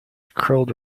curled